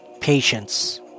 Patience